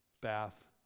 bath